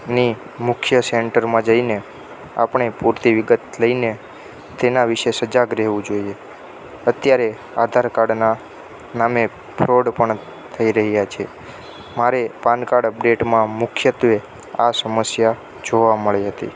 ની મુખ્ય સેન્ટરમાં જઈને આપણે પૂરતી વિગત લઈને તેનાં વિશે સજાગ રહેવું જોઈએ અત્યારે આધાર કાર્ડના નામે ફ્રોડ પણ થઈ રહ્યા છે મારે પાન કાર્ડ અપડેટમાં મુખ્યત્વે આ સમસ્યા જોવા મળી હતી